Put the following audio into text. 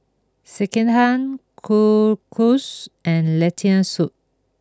Sekihan Kalguksu and Lentil Soup